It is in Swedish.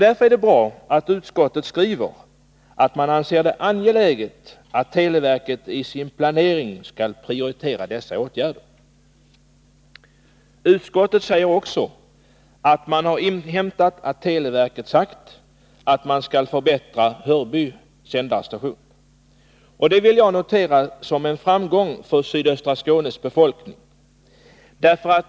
Därför är det bra att utskottet skriver att man anser det angeläget att televerket i sin planering skall prioritera sådana åtgärder som kan komma i fråga för att rätta till dessa problem. Utskottet säger också att man har inhämtat att televerket sagt att man skall förbättra Hörby sändarstation. Jag ser detta som en framgång för sydöstra Skånes befolkning.